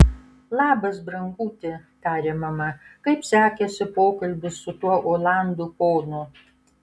labas branguti tarė mama kaip sekėsi pokalbis su tuo olandų ponu